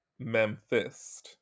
Memphis